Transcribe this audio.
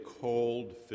cold